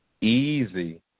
Easy